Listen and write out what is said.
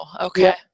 okay